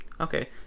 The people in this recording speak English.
okay